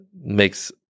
makes